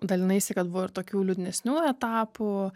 dalinaisi kad buvo ir tokių liūdnesnių etapų